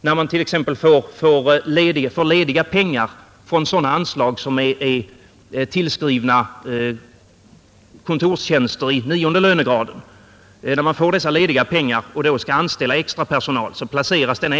När man t.ex. får ”lediga” pengar från sådana anslag som är tillskrivna kontorstjänster i 9 lönegraden och skall anställa extrapersonal placeras den